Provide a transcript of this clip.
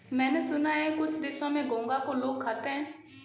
मैंने सुना है कुछ देशों में घोंघा को लोग खाते हैं